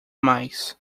mais